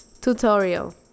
Tutorial